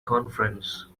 conference